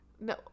no